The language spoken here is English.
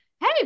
hey